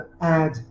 add